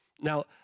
Now